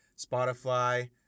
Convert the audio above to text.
Spotify